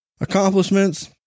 accomplishments